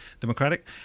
Democratic